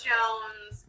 Jones